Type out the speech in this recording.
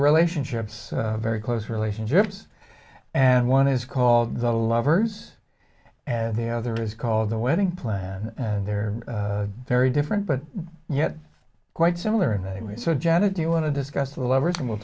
relationships very close relationships and one is called the lovers and the other is called the wedding plan and they're very different but yet quite similar in that way so janet do you want to discuss the lovers and we'll